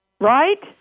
right